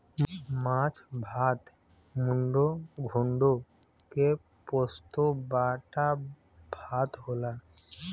माछ भात मुडो घोन्टो के पोस्तो बाटा भात होला